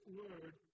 word